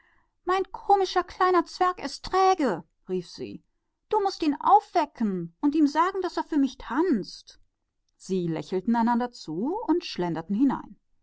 mein lustiger kleiner zwerg ist mürrisch rief sie du mußt ihn aufwecken und ihm sagen daß er für mich tanzen soll sie lächelten einander zu und